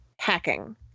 hacking